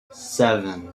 seven